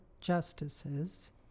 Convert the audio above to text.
justices